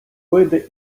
види